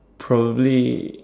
probably